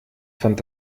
fand